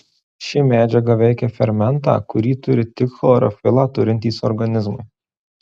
ši medžiaga veikia fermentą kurį turi tik chlorofilą turintys organizmai